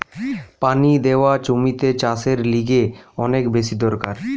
পানি দেওয়া জমিতে চাষের লিগে অনেক বেশি দরকার